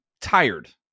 tired